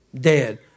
dead